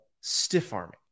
stiff-arming